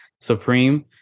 supreme